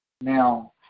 Now